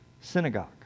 synagogue